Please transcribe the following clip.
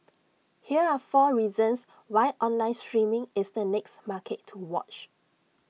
here are four reasons why online streaming is the next market to watch